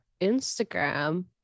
Instagram